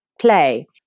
play